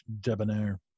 debonair